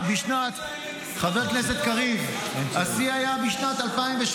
חבר הכנסת קריב, השיא היה בשנת 2017,